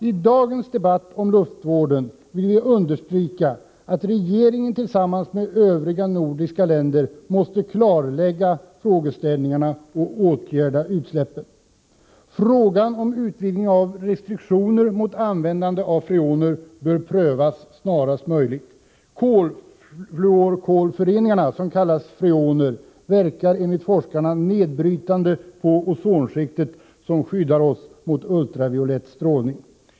I dagens debatt om luftvården vill vi understryka att den svenska regeringen tillsammans med regeringarna i de övriga nordiska länderna måste klarlägga frågeställningarna och åtgärda utsläppen. Frågan om utvidgning av restriktionerna mot användandet av freoner bör prövas snarast möjligt. Kolfluorföreningarna som kallas freoner verkar enligt forskarna nedbrytande på ozonskiktet som skyddar oss mot ultraviolett strålning.